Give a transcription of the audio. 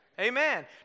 Amen